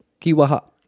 Kiwaha